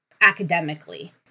academically